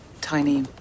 tiny